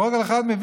כל אחד מבין,